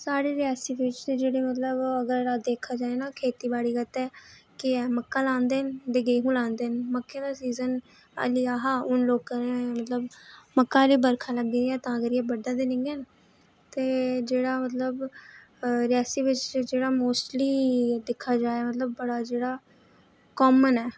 साढ़े रियासी बिच जेह्ड़े मतलबअगर दिक्खेआ जा ना खेती बाड़ी आस्तै कि अस मक्कां लांदे न ते गेहूं लांदे न मक्कें दा सीजन हल्ली है हा हुन लोकें मतलब बर्खा लग्गी दी ऐ तां करियै ब'रदा ते नेईं ऐ ते जेह्ड़ा मतलब रियासी च मोस्टली दिक्खेआ जा मतलब बड़ा जेह्ड़ा कामन ऐ